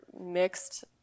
mixed